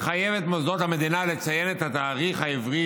מחייב את מוסדות המדינה לציין את התאריך העברי